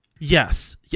Yes